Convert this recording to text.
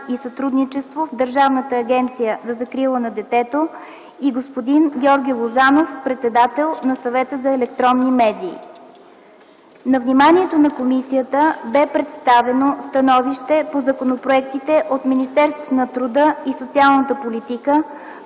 сътрудничество" в Държавната агенция за закрила на детето, и господин Георги Лозанов – председател на Съвета за електронни медии. На вниманието на комисията бе представено становище по законопроектите от Министерството на труда и социалната политика,